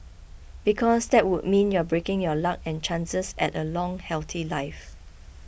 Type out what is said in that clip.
because that would mean you're breaking your luck and chances at a long healthy life